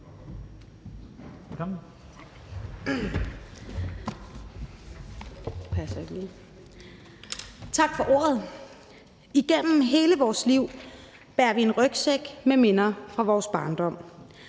Tak for ordet. Igennem hele vores liv bærer vi på en rygsæk med minder fra vores barndom.